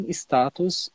status